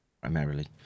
primarily